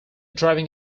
driving